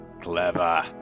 clever